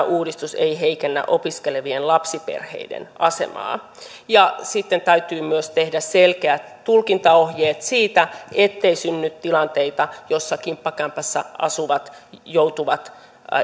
uudistus ei heikennä opiskelevien lapsiperheiden asemaa sitten täytyy myös tehdä selkeät tulkintaohjeet ettei synny tilanteita joissa kimppakämpässä asuvat joutuvat